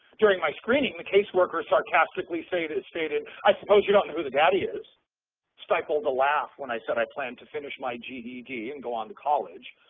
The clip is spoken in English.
during my screening the caseworker sarcastically stated, aeur i suppose you don't know who the daddy is stifled a laugh when i said i planned to finish my ged and go on to college,